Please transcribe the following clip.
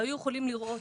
היו יכולים לראות